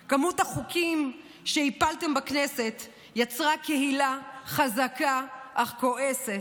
/ כמות החוקים שהפלתם בכנסת / יצרה קהילה חזקה / אך כועסת.